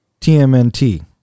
tmnt